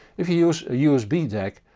if you use a usb dac,